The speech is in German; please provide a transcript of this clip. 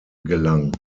gelang